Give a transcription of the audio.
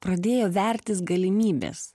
pradėjo vertis galimybės